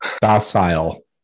docile